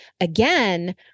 again